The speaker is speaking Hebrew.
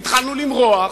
והתחלנו למרוח,